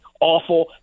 awful